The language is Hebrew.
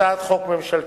הצעת חוק ממשלתית.